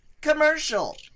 commercial